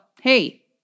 hey